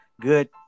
good